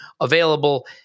available